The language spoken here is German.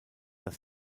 das